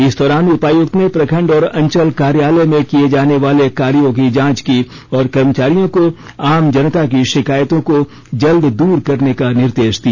इस दौरान उपायुक्त ने प्रखंड और अंचल कार्यालय में किए जाने वाले कार्यों की जांच की और कर्मचारियों को आम जनता की शिकायतों को जल्द दूर करने का निर्देश दिया